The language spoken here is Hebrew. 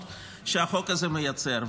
שלושה מצבים אנושיים מאוד שהחוק הזה מייצר.